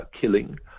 killing